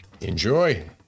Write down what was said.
enjoy